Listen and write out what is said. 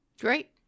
Great